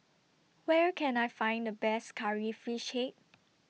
Where Can I Find The Best Curry Fish Head